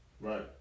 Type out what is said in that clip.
Right